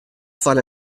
foar